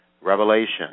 Revelation